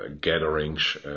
gatherings